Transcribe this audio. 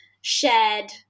shared